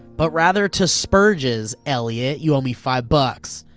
but rather to spurges. elliott, you owe me five bucks.